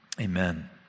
Amen